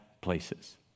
places